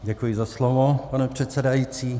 Děkuji za slovo, pane předsedající.